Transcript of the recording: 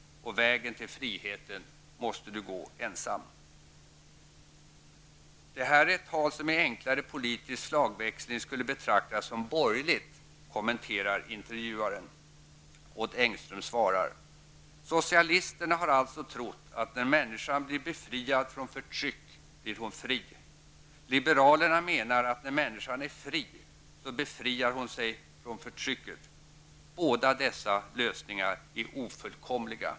Och vägen till friheten måste du gå ensam. Det här är ett tal som i enklare politisk slagväxling skulle betraktas som borgerligt, kommenterar intervjuaren. Odd Engström svarar: Socialisterna har alltså trott att när människan blir befriad från förtryck blir hon fri. Liberalerna menar att när människan är fri så befriar hon sig från förtrycket. Båda dessa lösningar är ofullkomliga.